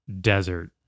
desert